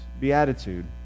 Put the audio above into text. beatitude